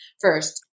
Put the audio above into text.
first